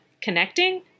connecting